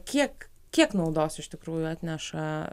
kiek kiek naudos iš tikrųjų atneša